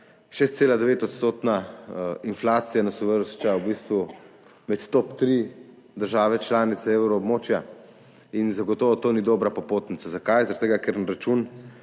6,9-odstotna inflacija nas uvršča v bistvu med top tri države članice evroobmočja in zagotovo to ni dobra popotnica. Zakaj? Zaradi tega, ker na račun